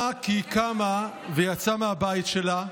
נרצחה כי היא קמה ויצאה מהבית שלה,